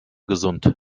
gesund